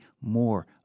more